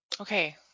okay